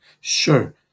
Sure